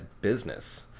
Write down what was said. business